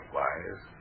wise